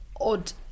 odd